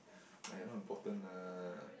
!aiya! not important lah